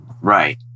Right